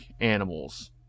animals